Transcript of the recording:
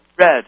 Red